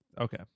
okay